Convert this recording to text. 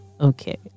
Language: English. Okay